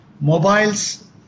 mobiles